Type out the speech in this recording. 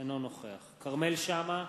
אינו נוכח כרמל שאמה,